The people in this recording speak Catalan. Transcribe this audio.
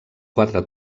quatre